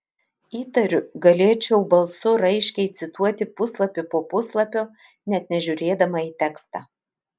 įtariu galėčiau balsu raiškiai cituoti puslapį po puslapio net nežiūrėdama į tekstą